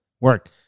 Work